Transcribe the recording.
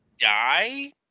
die